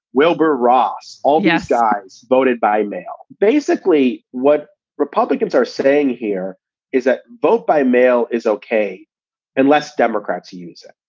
wilbur ross, all these yeah guys voted by mail. basically, what republicans are saying here is that vote by mail is ok unless democrats use it.